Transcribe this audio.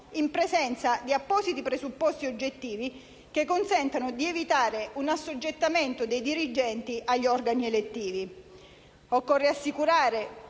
in presenza di appositi presupposti oggettivi che consentano di evitare un assoggettamento dei dirigenti agli organi elettivi.